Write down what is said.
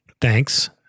thanks